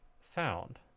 sound